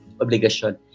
obligation